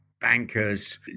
bankers